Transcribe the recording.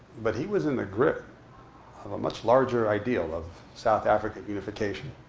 but he was in the grip of a much larger ideal of south african unification.